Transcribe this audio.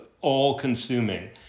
all-consuming